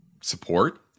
support